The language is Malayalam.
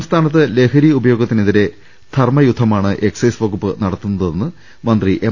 സംസ്ഥാനത്ത് ലഹരി ഉപയോഗത്തിനെതിരേ ധർമയുദ്ധമാണ് എക്സൈസ് വകുപ്പ് നടത്തുന്നതെന്ന് മന്ത്രി എം